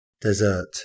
desert